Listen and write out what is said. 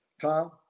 Tom